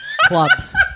clubs